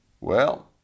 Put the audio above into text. Well